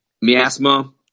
Miasma